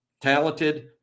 talented